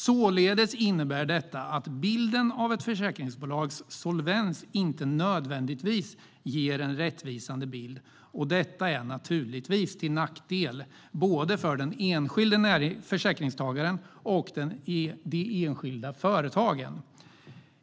Således innebär detta att bilden av ett försäkringsbolags solvens inte nödvändigtvis är rättvis. Detta är naturligtvis till nackdel både för den enskilde försäkringstagaren och för de enskilda företagen.